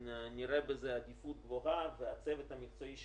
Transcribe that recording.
נראה בזה עדיפות גבוהה, והצוות המקצועי שלנו,